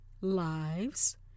lives